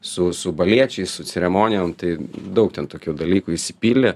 su su baliečiais su ceremonijom tai daug ten tokių dalykų išsipildė